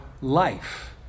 life